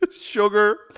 sugar